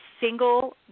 single